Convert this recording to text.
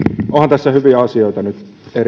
tässä laissa hyviä asioita nyt erittäin